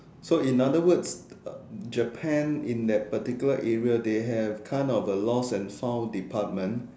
so in other words uh Japan in that particular area they have kind of a lost and found department